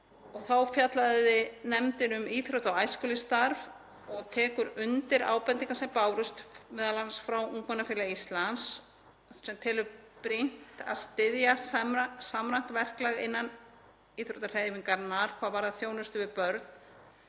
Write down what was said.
Þá fjallaði nefndin um íþrótta- og æskulýðsstarf og tekur undir ábendingar sem bárust m.a. frá Ungmennafélagi Íslands sem telur brýnt að styðja samræmt verklag innan íþróttahreyfingarinnar hvað varðar þjónustu við börn